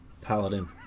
Paladin